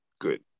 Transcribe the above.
good